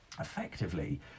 effectively